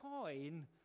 coin